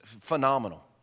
phenomenal